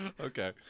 Okay